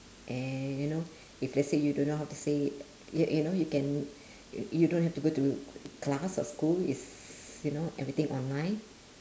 and you know if let's say you don't know how to say y~ you know you can y~ you don't have to go to class or school is you know everything online